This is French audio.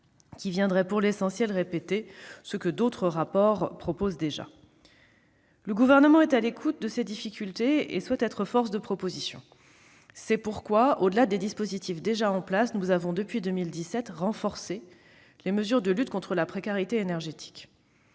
qui ne viendrait pour l'essentiel que répéter ce que d'autres disent déjà. Le Gouvernement est à l'écoute de ces difficultés et souhaite être force de propositions. C'est pourquoi, au-delà des dispositifs déjà en place, nous avons, depuis 2017, renforcé les mesures de lutte contre la précarité énergétique.